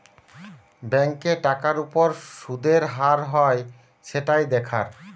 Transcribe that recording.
ব্যাংকে টাকার উপর শুদের হার হয় সেটাই দেখার